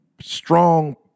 strong